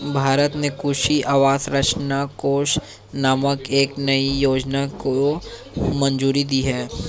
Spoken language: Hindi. भारत ने कृषि अवसंरचना कोष नामक एक नयी योजना को मंजूरी दी है